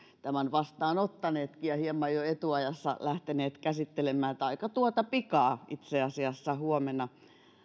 tämän vastaanottaneetkin ja hieman jo etuajassa lähteneet tätä käsittelemään niin että aika tuota pikaa itse asiassa huomenna